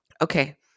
Okay